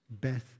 beth